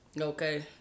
Okay